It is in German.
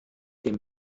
dem